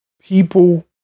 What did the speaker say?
people